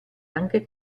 anche